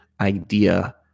idea